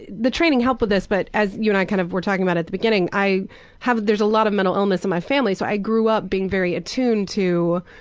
the training helped with this, but like you and i kind of were talking about at the beginning, i have there's a lot of mental illness in my family, so i grew up being very attuned to,